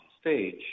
stage